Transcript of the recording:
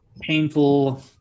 painful